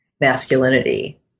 masculinity